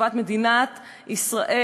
לטובת מדינת ישראל,